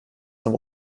zum